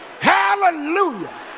hallelujah